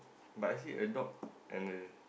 but I see a dog and a